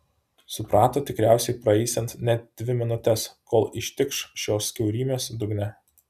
suprato tikriausiai praeisiant net dvi minutes kol ištikš šios kiaurymės dugne